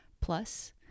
plus